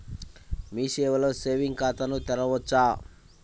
మీ సేవలో సేవింగ్స్ ఖాతాను తెరవవచ్చా?